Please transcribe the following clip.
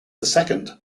second